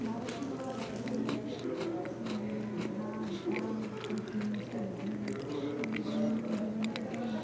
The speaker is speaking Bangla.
ভারতের খাবার যেমন ভাত ডাল রুটি সবজি আমাদের দৈনন্দিন জীবনে এটাই